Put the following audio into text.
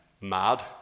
mad